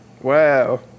Wow